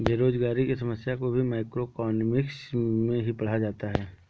बेरोजगारी की समस्या को भी मैक्रोइकॉनॉमिक्स में ही पढ़ा जाता है